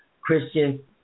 Christian